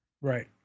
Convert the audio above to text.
Right